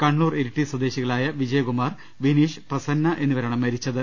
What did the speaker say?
കണ്ണൂർ ഇരിട്ടി സ്വദേശികളായ വിജയകുമാർ വിനീഷ് പ്രസന്ന എന്നിവരാണ് മരിച്ചത്